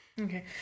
Okay